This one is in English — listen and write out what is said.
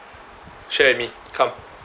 share with me come